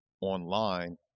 online